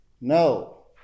No